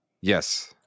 yes